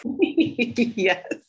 Yes